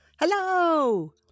Hello